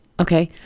okay